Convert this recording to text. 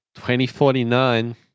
2049